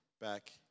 Back